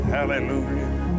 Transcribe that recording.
Hallelujah